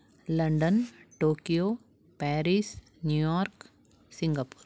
London Tokyo Paris New York Singapore